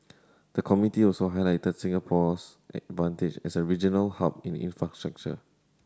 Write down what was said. the committee also highlighted Singapore's advantage as a regional hub in infrastructure